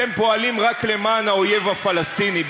אתם פועלים רק למען האויב הפלסטיני.